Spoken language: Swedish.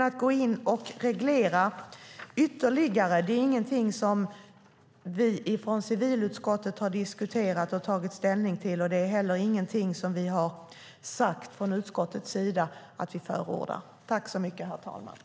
Att gå in och reglera ytterligare är ingenting som vi från civilutskottet har diskuterat och tagit ställning till, och det är heller ingenting som vi från utskottets sida har sagt att vi förordar.